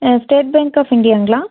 state bank of இந்தியாங்களா